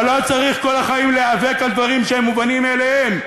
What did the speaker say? אבל לא צריך כל החיים להיאבק על דברים שהם מובנים מאליהם,